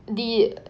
the